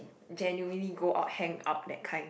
genuinely go out hang out that kind